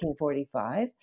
1945